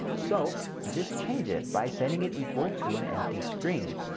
so just change it by setting it equal to an empty string.